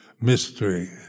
mystery